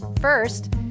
First